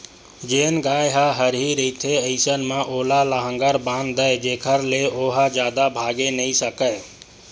जेन गाय ह हरही रहिथे अइसन म ओला लांहगर बांध दय जेखर ले ओहा जादा भागे नइ सकय